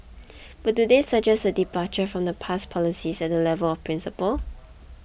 but do they suggest a departure from the past policies at the level of principle